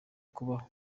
kubaho